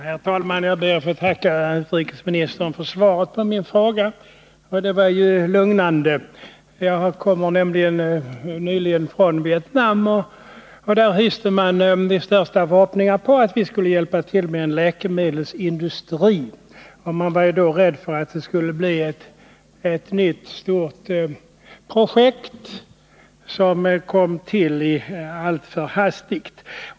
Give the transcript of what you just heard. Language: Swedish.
Herr talman! Jag ber att få tacka utrikesministern för svaret på min fråga, som var lugnande. Jag kommer nämligen nyligen från Vietnam, och där hyste man de största förhoppningar om att vi skall hjälpa till med en läkemedelsindustri. Jag var därför rädd för att det skulle kunna bli ett nytt stort projekt som skulle komma till allt för hastigt.